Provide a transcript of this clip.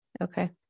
Okay